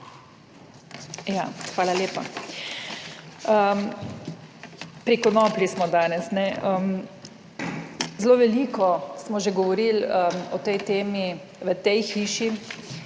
hvala lepa. Pri konoplji smo danes? Zelo veliko smo že govorili o tej temi v tej hiši,